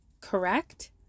correct